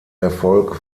erfolg